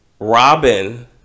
Robin